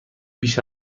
بیش